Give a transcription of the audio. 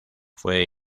fue